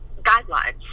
guidelines